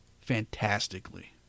fantastically